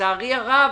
לצערי הרב,